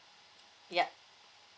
yup